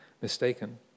mistaken